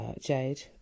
Jade